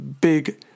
big